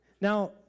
Now